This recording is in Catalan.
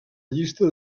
llista